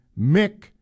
Mick